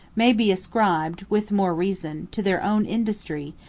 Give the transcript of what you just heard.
may be ascribed, with more reason, to their own industry,